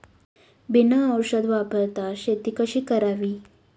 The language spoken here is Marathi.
बिना औषध वापरता शेती कशी करावी?